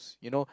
s~ you know